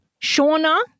Shauna